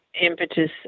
impetus